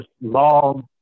long